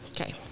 Okay